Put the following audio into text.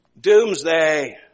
doomsday